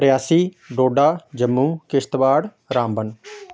Reasi Doda Jammu Kishtwar Ramban